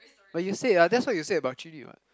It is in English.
but you said ah that's what you said about Jun-Yi [what]